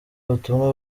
butumwa